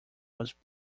was